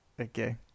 Okay